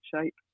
shape